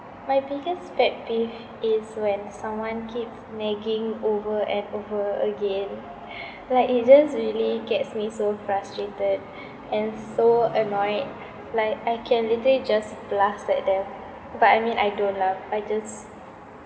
my biggest pet peeve is when someone keeps nagging over and over again like it just really gets me so frustrated and so annoyed like I can literally just blast at them but I mean I don't lah I just